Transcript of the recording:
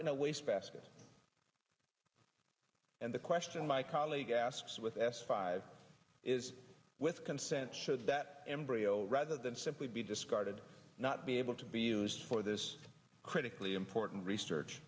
in a waste basket and the question my colleague asks with s five is with consent should that embryo rather than simply be discarded not be able to be used for this critically important research